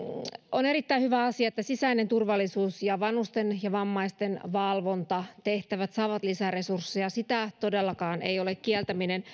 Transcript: on erittäin hyvä asia että sisäinen turvallisuus ja vanhusten ja vammaisten valvontatehtävät saavat lisää resursseja sitä todellakaan ei ole kieltäminen